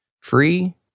free